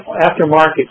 aftermarket